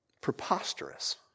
preposterous